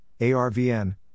ARVN